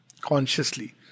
consciously